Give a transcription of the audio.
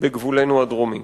בגבול הדרומי.